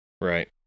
right